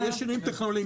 יש גם שינויים טכנולוגיים.